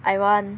I want